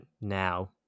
now